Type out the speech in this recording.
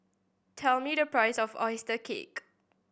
tell me the price of oyster cake